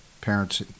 parents